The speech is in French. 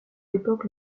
époque